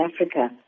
Africa